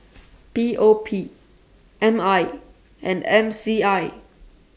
P O P M I and M C I